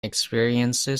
experiences